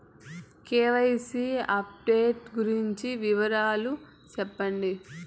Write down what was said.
KYC update గురించి వివరాలు సెప్పండి?